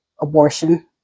abortion